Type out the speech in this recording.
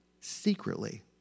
Secretly